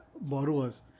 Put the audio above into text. borrowers